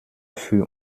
für